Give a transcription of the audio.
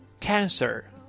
Cancer